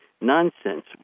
nonsense